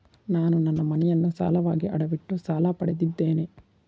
ನಾನು ನನ್ನ ಮನೆಯನ್ನು ಸಾಲವಾಗಿ ಅಡವಿಟ್ಟು ಸಾಲ ಪಡೆದಿದ್ದೇನೆ